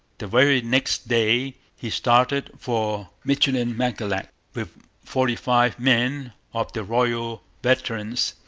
the very next day he started for michilimackinac with forty five men of the royal veterans,